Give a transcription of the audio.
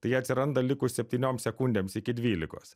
tai atsiranda likus septyniom sekundėms iki dvylikos